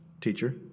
teacher